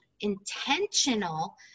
intentional